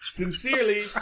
Sincerely